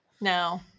No